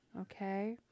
okay